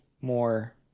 more